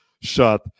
shot